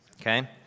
okay